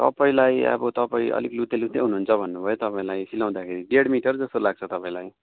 तपाईँलाई अब तपाईँ अलिक लुते लुते हुनुहुन्छ भन्नुभयो तपाईँलाई सिलाउँदाखेरि डेढ मिटर जस्तो लाग्छ तपाईँलाई